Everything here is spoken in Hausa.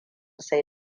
sai